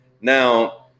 Now